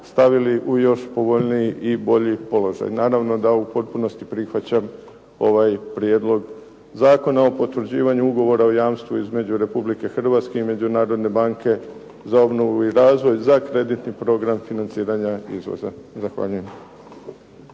stavili u još povoljniji i bolji položaj. Naravno da u potpunosti prihvaćam ovaj Prijedlog Zakona o potvrđivanju Ugovora o jamstvu između Republike Hrvatske i Međunarodne banke za obnovu i razvoj, za kreditni program financiranja izvoza. Zahvaljujem.